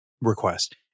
request